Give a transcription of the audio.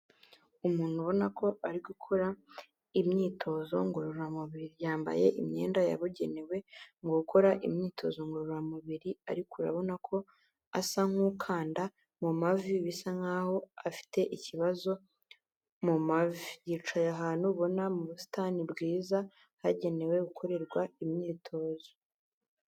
Umuntu ubona ko ari gukora imyitozo ngororamubiri yambaye imyenda yabugenewe mu gukora imyitozo ngororamubiri ariko urabona ko asa nk'ukanda mu mavi bisa nk'aho afite ikibazo mu mavi yicaye ahantu ubona mu busitani bwiza hagenewe gukorerwa imyitozo.